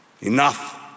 enough